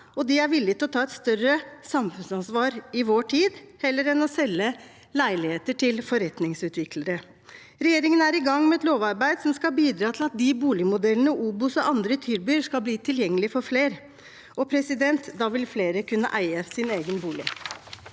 de er villig til å ta et større samfunnsansvar i vår tid heller enn å selge leiligheter til forretningsutviklere. Regjeringen er i gang med et lovarbeid som skal bidra til at de boligmodellene OBOS og andre tilbyr, skal bli tilgjengelig for flere, og da vil flere kunne eie sin egen bolig.